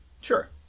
Sure